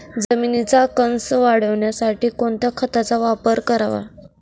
जमिनीचा कसं वाढवण्यासाठी कोणत्या खताचा वापर करावा?